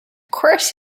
course